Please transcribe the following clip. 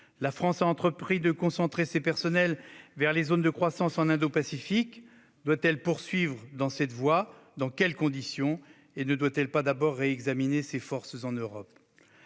La France a entrepris de concentrer ses personnels vers les zones de croissance en Indo-Pacifique. Doit-elle poursuivre dans cette voie et dans quelles conditions ? Ne doit-elle pas d'abord réexaminer l'état de ses forces en Europe ?